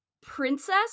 Princess